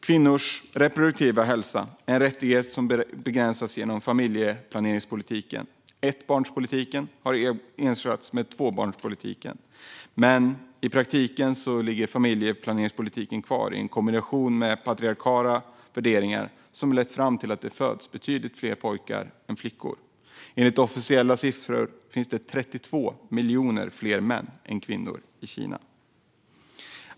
Kvinnors reproduktiva hälsa och rättigheter begränsas genom familjeplaneringspolitiken. Ettbarnspolitik har ersatts av tvåbarnspolitik. I praktiken leder familjeplaneringspolitiken i kombination med patriarkala värderingar till att det föds betydligt fler pojkar än flickor. Enligt officiella siffror finns det 32 miljoner fler män än kvinnor i Kina.